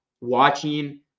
watching